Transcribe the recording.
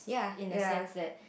in a sense that